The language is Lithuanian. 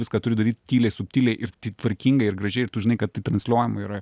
viską turi daryt tyliai subtiliai ir tvarkingai ir gražiai ir tu žinai kad tai transliuojama yra